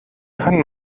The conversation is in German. kann